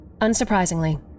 Unsurprisingly